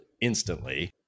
instantly